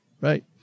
right